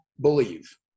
believe